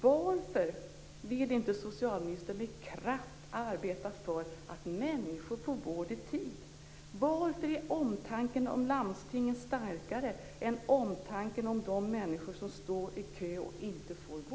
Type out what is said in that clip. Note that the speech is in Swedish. Varför vill inte socialministern med kraft arbeta för att människor får vård i tid? Varför är omtanken om landstinget starkare än omtanken om de människor som står i kö och inte får vård?